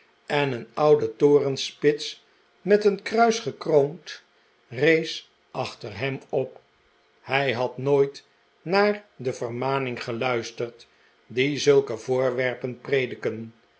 een oude torenspits met een kruis gekroond rees achter hem op hij had nooit naar de vermaning geluisterd die zulke voorwerpen prediken